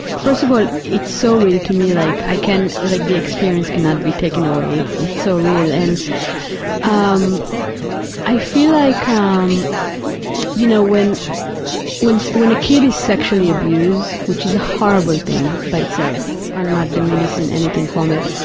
first of all, it's so real to me, like i can, like the experience cannot be taken away. it's it's so real. and um i feel like, ah um you know, when when a kid is sexually abused, which is a horrible thing by itself. i'm not diminishing anything from it.